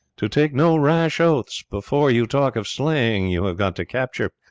to take no rash oaths before you talk of slaying you have got to capture,